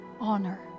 honor